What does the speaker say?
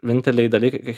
vieninteliai dalykai